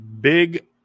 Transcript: Big